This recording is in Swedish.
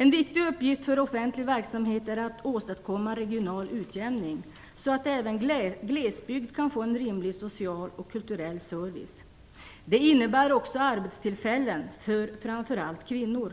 En viktig uppgift för den offentliga verksamheten är att åstadkomma regional utjämning, så att även glesbygd kan få en rimlig social och kulturell service. Det innebär också arbetstillfällen, framför allt för kvinnor.